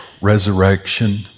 resurrection